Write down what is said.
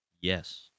yes